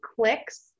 clicks